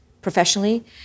professionally